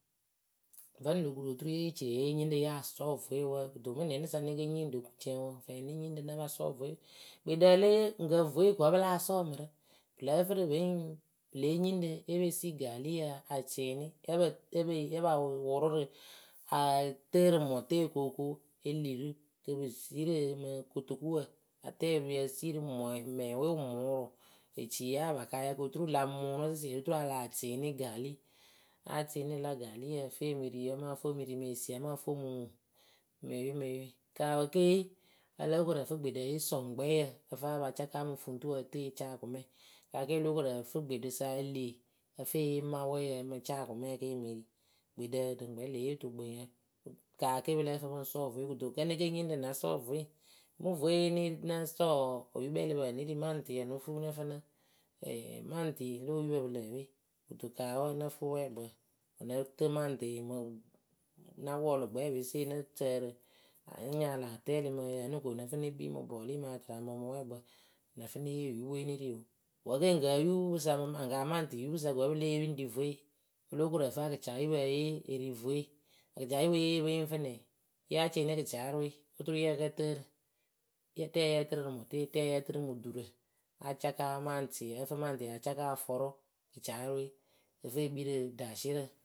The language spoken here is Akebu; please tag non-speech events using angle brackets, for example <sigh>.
vǝnɨŋ lo kuru oturu ye ce yenyiŋɖǝ ya sɔ vue wǝǝ. kɨto mɨ nɛŋɖǝ sa ne nyiŋ lo ku cɛŋwǝ fɛɛ ne nyiŋɖɨ napa sɔ vue. gbeɖǝ e le gǝ vue ko wǝ pɨla sɔ mɨrɨ pɨ lǝ́ǝ fɨrɨ pɩŋ pɨle nyiŋɖǝ e pe si galiyǝ acɩnɩ ǝpǝ epe ǝpa wʊrʊrɨ a tɨ rɨ mɔte okooko elirɨ kɨ pɨ sirɨ mɨ kotokuwǝ atɛ oruyǝ esirɨ mɔɛ mɛŋwe wǝ mʊrʊ. Eciye apakǝyǝ koturu la mʊnʊ sɩsɩɛrɩ oturu a láa cɩnɩ gaali acɩnɩ rɨ la gaaliyǝ ǝ femɨ ri amaa ǝ fɨemiri mɨ esii amaa ǝ fɨ omu ŋuŋ meye meye kawǝke alokorǝ fɨ gbeɖǝ eyee sɔŋkpɛyǝ ǝ fɨ apacaka mɨ fuŋtuwǝ ǝ tɨ a ca akumɛ kawke gbeɖɨ sa eli ǝfeyee mawɛyǝ amɨca akumeke emɨri gbeɖǝ dɨŋ kpɛ leh yee otukpɨŋyǝ kaake pɨ lǝ́ǝ fɨ pɨŋ sɔ vue kɩto kǝ nekenyiŋ ɖǝ na sɔ vue. mɨ vue ye ne ri na sɔ wɔɔ oyukpɛɛlɩpǝ wǝ ne ri maŋtɨ wǝ no fuu nǝ fɨ na <hesitation> maŋtɩ lo oyupǝ pɨ lǝǝwe kɨto ka wǝǝ nǝ fɨ wɛɛkpǝ wǝ nǝ tɨ maŋtɩ mɨ na wɔɔlʊ gbɔɛpese nǝ sǝrɨ a nayalɨ atɛlɩ mǝyǝǝnɨ ko nǝ fɨ ne kpii mɨ bɔli ma tɨraŋpǝ mɨ wɛɛkpǝ wǝ nǝ fɨ yee oyupɨwe ne ri oo wǝ ke gǝŋ oyupɩsa mɨ ma ga maŋtɩ yupɨsa ko wǝ pɨ lée yee pɨri vue. Olokorɨfɨ akɩtɩayupǝ eyee eri vue. Akɩtɩayupuwe ye yeepɨ yɨŋ fɨ nɛ? ya cɩnɩ gɩtɩarɨwe oturu yǝ kǝ tɨrɨ rɛ yǝ tɨrɨ mɨ mɔte rɛ yǝ tɨrɨ mɨ ɖurǝ acaka maŋtɩyǝ ǝfɨ maŋtɩ acaka afɔrʊ gɩtiarɨwe ǝ fɨ ekpiirɨ ɖansierǝ.